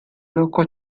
loko